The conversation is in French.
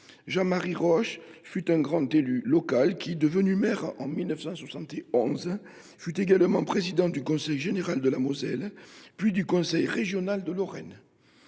Jean Marie Rausch fut un grand élu local : maire de Metz à compter de 1971, il fut également président du conseil général de la Moselle, puis du conseil régional de Lorraine.